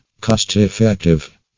Cost-effective